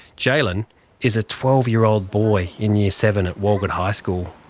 jaylin is a twelve year old boy in year seven at walgett high school.